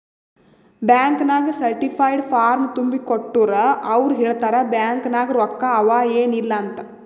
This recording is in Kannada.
ಬ್ಯಾಂಕ್ ನಾಗ್ ಸರ್ಟಿಫೈಡ್ ಫಾರ್ಮ್ ತುಂಬಿ ಕೊಟ್ಟೂರ್ ಅವ್ರ ಹೇಳ್ತಾರ್ ಬ್ಯಾಂಕ್ ನಾಗ್ ರೊಕ್ಕಾ ಅವಾ ಏನ್ ಇಲ್ಲ ಅಂತ್